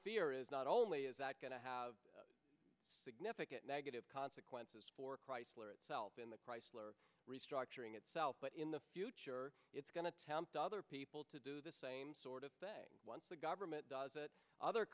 fear is not only is that going to have significant negative consequences for chrysler itself in the chrysler restructuring itself but in the future it's going to tempt other people to do the same sort of thing once the government does it other